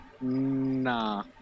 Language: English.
Nah